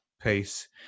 pace